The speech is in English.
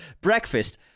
breakfast